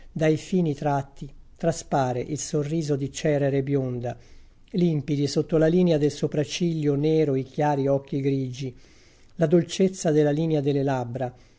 dai fini tratti traspare il sorriso di cerere bionda limpidi sotto la linea del sopra ciglio nero i chiari occhi grigi la dolcezza della linea delle labbra